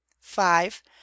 Five